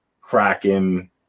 cracking